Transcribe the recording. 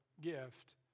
gift